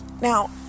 now